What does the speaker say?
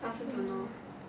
I also don't know